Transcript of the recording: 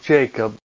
Jacob